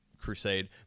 Crusade